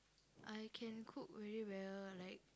I can cook very well like